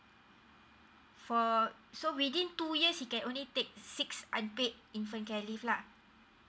for so within two years he can only take six unpaid infant care leave lah